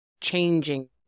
changing